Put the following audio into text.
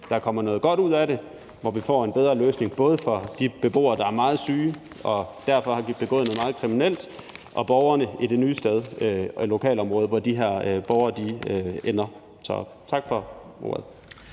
der kommer noget godt ud af det, hvor vi får en bedre løsning både for de beboere, der er meget syge og derfor har begået noget meget kriminelt, og borgerne det nye sted i lokalområdet, hvor de her borgere ender. Så tak for ordet.